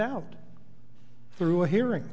out through a hearing